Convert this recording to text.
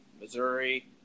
Missouri